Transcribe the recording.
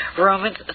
Romans